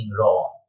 wrong